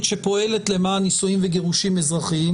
שפועלת למען נישואים וגירושים אזרחיים,